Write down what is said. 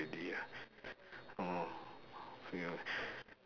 maybe ah orh